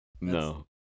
no